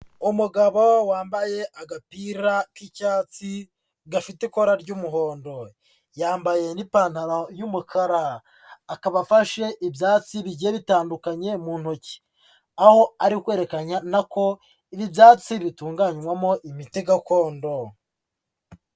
Umugabo wambaye agapira k'icyatsi gafite ikora ry'umuhondo, yambaye n'ipantaro y'umukara, akaba afashe ibyatsi bigiye bitandukanye mu ntoki, aho ari kwerekana ko ibi byatsi bitunganywamo imiti gakondo.